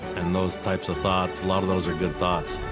and those types of thoughts, a lot of those are good thoughts.